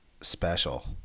special